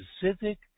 specific